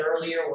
earlier